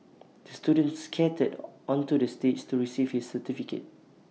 the student skated onto the stage to receive his certificate